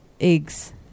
eggs